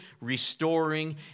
restoring